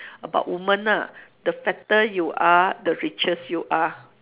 about woman ah the fatter you are the richest you are